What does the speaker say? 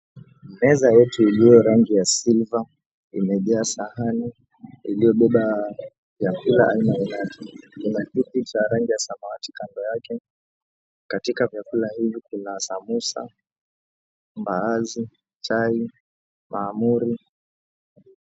Meza yetu ilio na rangi ya silver imejaa sahani iliobeba vyakula aina mbail kuna kit cha rangi ya samawati kando yake. Katika vyakula hivi kuna sambusa, mbaazi, chai, mahamuri.